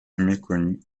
méconnue